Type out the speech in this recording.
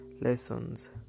lessons